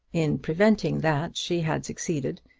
in preventing that she had succeeded,